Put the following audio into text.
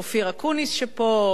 אופיר אקוניס שנמצא פה,